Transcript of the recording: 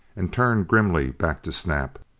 and turned grimly back to snap.